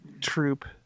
troop